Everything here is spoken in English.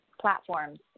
platforms